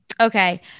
okay